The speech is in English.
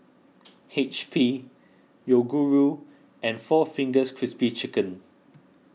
H P Yoguru and four Fingers Crispy Chicken